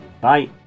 Bye